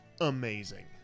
amazing